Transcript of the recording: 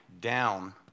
down